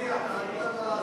יפרסמו מחירים?